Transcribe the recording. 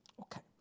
Okay